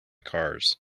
cars